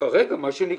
כרגע מה שנקבע.